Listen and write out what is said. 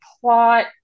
plot